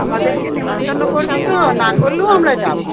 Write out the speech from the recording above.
আমাদেরকে নেমন্তন্ন করবি তো না করলেও আমরা যাবো